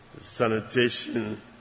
Sanitation